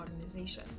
modernization